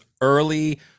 early